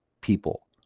people